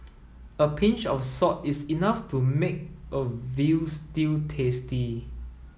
a pinch of salt is enough to make a veal stew tasty